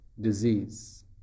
disease